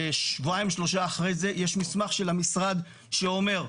שבועיים, שלושה אחרי זה, יש מסמך של המשרד, שאומר,